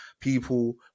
people